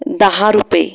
दहा रूपये